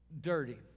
Dirty